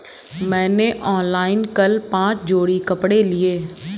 मैंने ऑनलाइन कल पांच जोड़ी कपड़े लिए